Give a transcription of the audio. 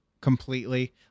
completely